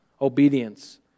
obedience